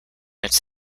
its